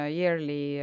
yearly